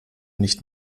nicht